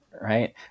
right